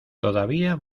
todavía